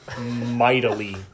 mightily